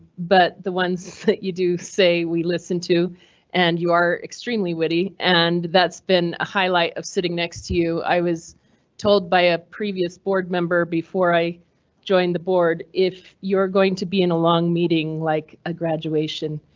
but the ones that you do say we listen to and you are extremely witty, and that's been a highlight of sitting next to you. i was told by a previous board member before i joined the board. if you're going to be in a long meeting like a graduation,